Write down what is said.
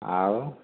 ଆଉ